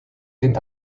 den